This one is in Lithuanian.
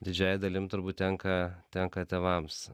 didžiąja dalim turbūt tenka tenka tėvams